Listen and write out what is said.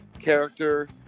character